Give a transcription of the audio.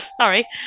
sorry